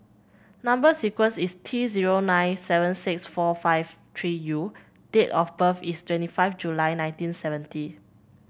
number sequence is T zero nine seven six four five three U date of birth is twenty five July nineteen seventy